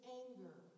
anger